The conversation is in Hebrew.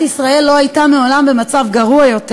ישראל לא הייתה מעולם במצב גרוע יותר,